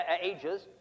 ages